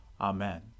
Amen